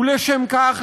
ולשם כך,